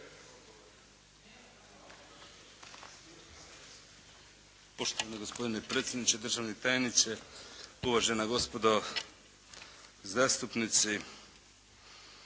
Poštovani gospodine predsjedniče, državni tajniče, uvažena gospodo zastupnici!